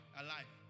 alive